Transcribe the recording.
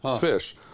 fish